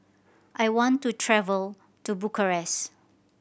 I want to travel to Bucharest